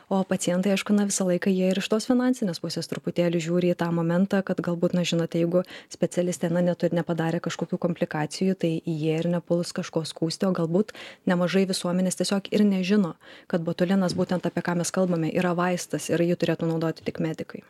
o pacientai aišku na visą laiką jie ir iš tos finansinės pusės truputėlį žiūri į tą momentą kad galbūt na žinote jeigu specialistė na netu nepadarė kažkokių komplikacijų tai jie ir nepuls kažko skųsti o galbūt nemažai visuomenės tiesiog ir nežino kad botulinas būtent apie ką mes kalbame yra vaistas ir jį turėtų naudoti tik medikai